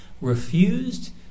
refused